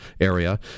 area